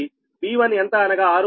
b1 ఎంత అనగా 6